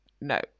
No